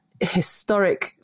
historic